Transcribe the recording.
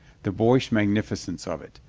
the boyish magnificence of it,